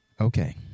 Okay